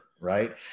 right